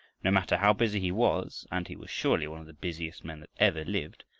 no matter how busy he was, and he was surely one of the busiest men that ever lived,